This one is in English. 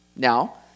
Now